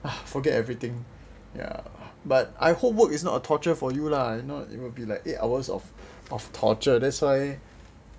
ah forget everything ya but I hope work is not a torture for you lah if not you will be like eight hours of torture that's why